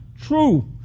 true